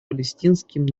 палестинским